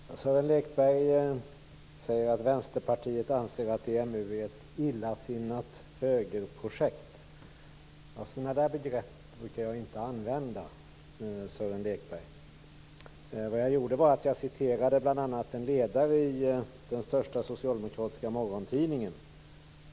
Fru talman! Sören Lekberg säger att Vänsterpartiet anser att EMU är ett illasinnat högerprojekt. Sådana begrepp brukar jag inte använda, Sören Lekberg. Jag citerade en ledare i den största socialdemokratiska morgontidningen.